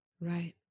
Right